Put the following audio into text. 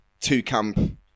two-camp